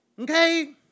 okay